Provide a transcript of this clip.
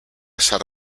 zahar